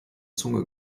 zunge